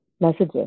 messages